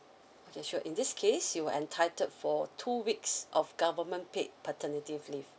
okay sure in this case you will entitled for two weeks of government paid paternity leave